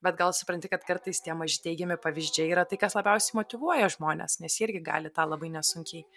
bet gal supranti kad kartais tie maži teigiami pavyzdžiai yra tai kas labiausiai motyvuoja žmones nes jie irgi gali tą labai nesunkiai